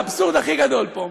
האבסורד הכי גדול פה,